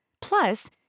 Plus